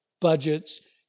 budgets